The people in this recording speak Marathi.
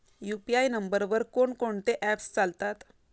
यु.पी.आय नंबरवर कोण कोणते ऍप्स चालतात?